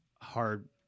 hard